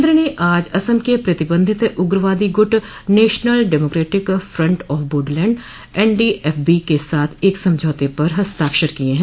केन्द्र ने आज असम के प्रतिबंधित उग्रवादी गुट National Democratic Front of Bodoland NDFB के साथ एक समझौते पर हस्ताक्षर किये हैं